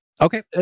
Okay